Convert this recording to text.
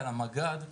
על המג"ד,